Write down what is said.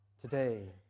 today